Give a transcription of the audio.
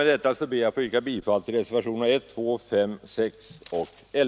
Med detta ber jag att få yrka bifall till reservationerna 1, 2 OC LL,